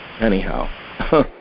anyhow